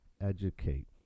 educate